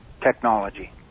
technology